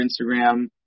Instagram